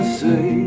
say